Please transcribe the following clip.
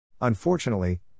Unfortunately